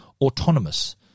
autonomous